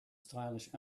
stylish